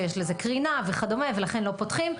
שיש לזה קרינה וכדומה ולכן לא פותחים.